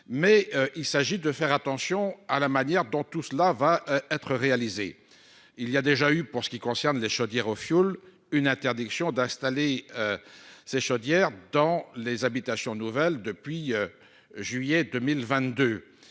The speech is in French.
Mais il s'agit de faire attention à la manière dont tout cela va être réalisée il y a déjà eu, pour ce qui concerne les chaudières au fioul. Une interdiction d'installer. Ces chaudières dans les habitations nouvelles depuis. Juillet 2022